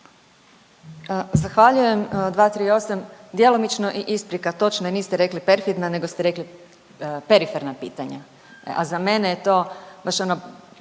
Zahvaljujem. 238, djelomično i isprika. Točno je, niste rekli perfidno, nego ste rekli periferna pitanja, a za mene je to baš ono